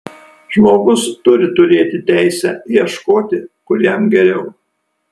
žmogus turi turėti teisę ieškoti kur jam geriau